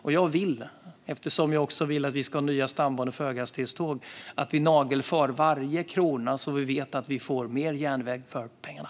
Och eftersom jag vill att vi också ska ha nya stambanor för höghastighetståg vill jag att vi nagelfar varje krona så att vi vet att vi får mer järnväg för pengarna.